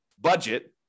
budget